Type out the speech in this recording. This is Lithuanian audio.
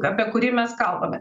apie kurį mes kalbame